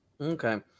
Okay